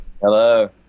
Hello